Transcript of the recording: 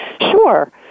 Sure